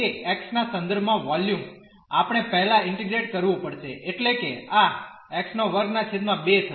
તેથી આ v એ x ના સંદર્ભમાં વોલ્યુમ આપણે પહેલા ઇન્ટીગ્રેટ કરવું પડશે એટલે કે આ x2 2 થશે